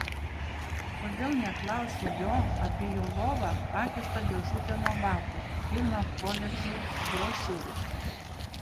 kodėl neklausi jo apie po lova pakištą dėžutę nuo batų pilną koledžų brošiūrų